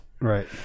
Right